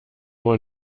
nur